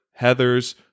Heathers